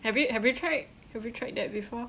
have you have you tried have you tried that before